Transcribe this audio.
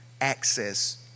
access